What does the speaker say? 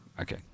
Okay